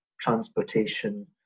transportation